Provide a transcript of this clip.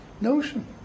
notion